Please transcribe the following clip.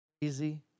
easy